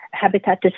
Habitat